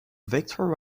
victor